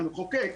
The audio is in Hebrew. המחוקק,